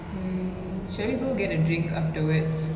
hmm shall we go get a drink afterwards